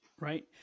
Right